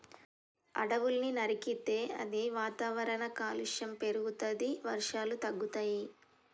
అడవుల్ని నరికితే అది వాతావరణ కాలుష్యం పెరుగుతది, వర్షాలు తగ్గుతయి